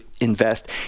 invest